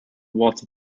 water